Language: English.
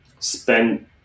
spend